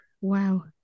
Wow